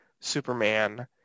Superman